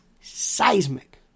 seismic